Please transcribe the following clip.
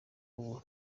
ubu